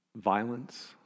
Violence